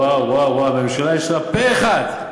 ואה-ואה-ואה, הממשלה אישרה פה-אחד,